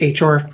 HR